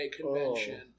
convention